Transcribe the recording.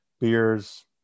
beers